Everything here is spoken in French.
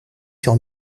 sur